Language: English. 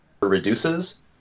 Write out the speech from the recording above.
reduces